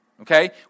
okay